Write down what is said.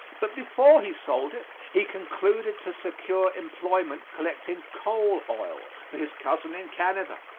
but before he sold it he concluded to secure employment collecting coal oil for his cousin in canada.